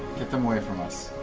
get them away from us.